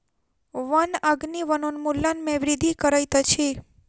वन अग्नि वनोन्मूलन में वृद्धि करैत अछि